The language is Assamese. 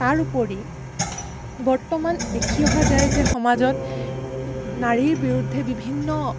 তাৰ উপৰি বৰ্তমান দেখি অহা যায় যে সমাজত নাৰীৰ বিৰুদ্ধে বিভিন্ন